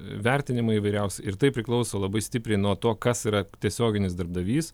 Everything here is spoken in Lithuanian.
vertinimai įvairiausi ir tai priklauso labai stipriai nuo to kas yra tiesioginis darbdavys